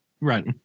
right